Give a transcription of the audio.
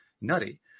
nutty